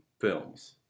films